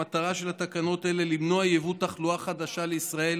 המטרה של התקנות האלה למנוע יבוא תחלואה חדשה לישראל,